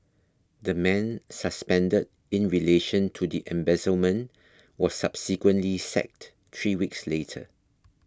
the man suspended in relation to the embezzlement was subsequently sacked three weeks later